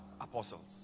apostles